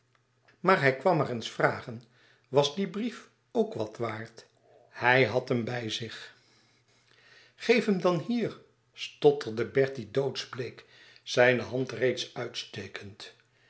maar hij kwam maar eens vragen was die brief ook wat waard hij had hem bij zich geef hem dan hier stotterde bertie doodsbleek zijne hand reeds uitstekend